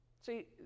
See